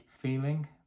feeling